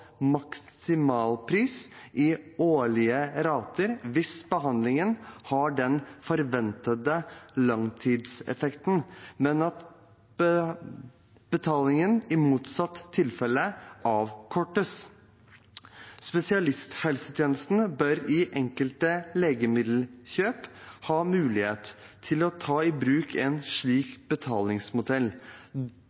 maksimalpris i årlige rater hvis behandlingen har den forventede langtidseffekten, men at betalingen i motsatt tilfelle avkortes. Spesialisthelsetjenesten bør i enkelte legemiddelkjøp ha mulighet til å ta i bruk en slik